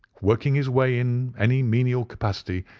working his way in any menial capacity,